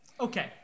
Okay